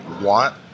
want